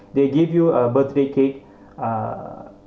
they gave you a birthday cake uh